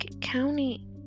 County